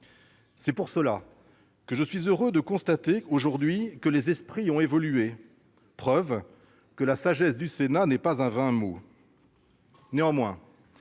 texte. Aussi suis-je heureux de constater aujourd'hui que les esprits ont évolué, preuve que la sagesse du Sénat n'est pas un vain mot